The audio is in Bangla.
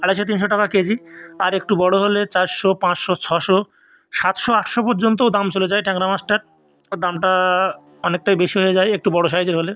আড়াইশো তিনশো টাকা কেজি আর একটু বড়ো হলে চারশো পাঁচশো ছশো সাতশো আটশো পর্যন্তও দাম চলে যায় ট্যাংরা মাছটার দামটা অনেকটাই বেশি হয়ে যায় একটু বড়ো সাইজের হলে